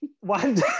one